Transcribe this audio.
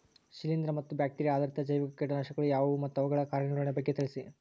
ಶಿಲೇಂದ್ರ ಮತ್ತು ಬ್ಯಾಕ್ಟಿರಿಯಾ ಆಧಾರಿತ ಜೈವಿಕ ಕೇಟನಾಶಕಗಳು ಯಾವುವು ಮತ್ತು ಅವುಗಳ ಕಾರ್ಯನಿರ್ವಹಣೆಯ ಬಗ್ಗೆ ತಿಳಿಸಿ?